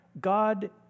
God